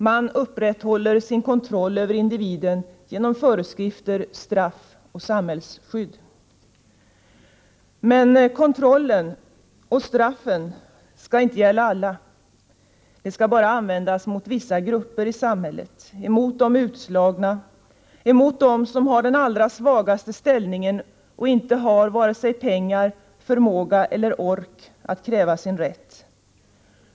Man upprätthåller sin kontroll över individen genom föreskrifter, straff och samhällsskydd. Men kontrollen och straffen skall inte gälla alla. De skall bara användas mot vissa grupper i samhället — emot de utslagna, emot dem som har den allra svagaste ställningen och inte har vare sig pengar, förmåga eller ork nog för att kunna kräva sin rätt.